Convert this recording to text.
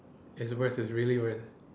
it's worth it's really worth